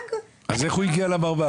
נהג --- אז איך הוא הגיע למרב"ד?